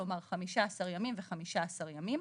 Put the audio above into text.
כלומר, 15 ימים ו-15 ימים.